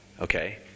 okay